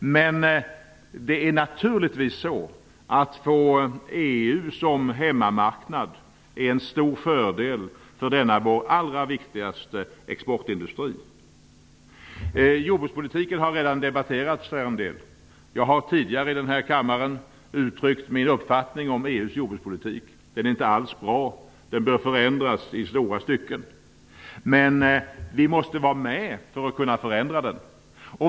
Men att få EU som hemmamarknad är naturligtvis en stor fördel för denna vår allra viktigaste exportindustri. Jordbrukspolitiken har redan debatterats här en del. Jag har tidigare i denna kammare uttryckt min uppfattning om EU:s jordbrukspolitik. Den är inte alls bra och bör förändras i stora stycken. Vi måste vara med för att kunna förändra den.